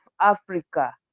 Africa